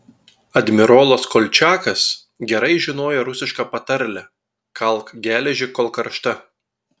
admirolas kolčiakas gerai žinojo rusišką patarlę kalk geležį kol karšta